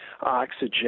oxygen